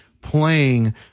playing